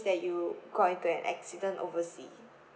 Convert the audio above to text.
that you got into an accident oversea